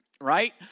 right